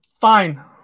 Fine